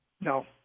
No